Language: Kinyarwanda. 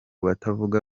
batavuga